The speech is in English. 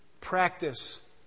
practice